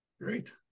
Great